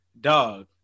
dog